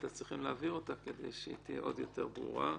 אז צריכים להעביר אותה כדי שהיא תהיה עוד יותר ברורה,